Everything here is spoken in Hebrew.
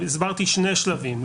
הסברתי שני שלבים,